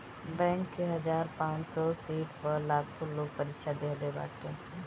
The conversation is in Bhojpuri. बैंक के हजार पांच सौ सीट पअ लाखो लोग परीक्षा देहले बाटे